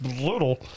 little